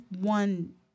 one